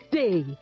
day